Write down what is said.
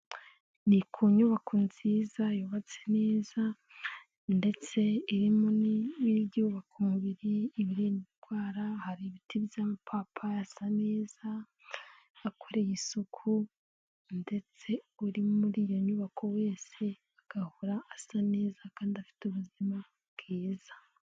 Ni ku nyubako nziza yubatse neza ndetse irimo ibyubaka umubiri, ibirinda indwara hari ibiti by'amapapayi asa neza akoreye isuku, ndetse uri muri iyo nyubako wese agahora asa neza kandi afite ubuzima bwiza.